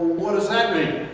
what does that mean?